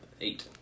Eight